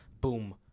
Boom